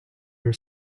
your